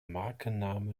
markenname